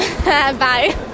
Bye